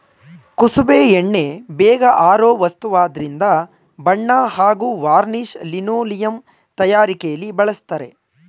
ಕುಸುಬೆ ಎಣ್ಣೆ ಬೇಗ ಆರೋ ವಸ್ತುವಾದ್ರಿಂದ ಬಣ್ಣ ಹಾಗೂ ವಾರ್ನಿಷ್ ಲಿನೋಲಿಯಂ ತಯಾರಿಕೆಲಿ ಬಳಸ್ತರೆ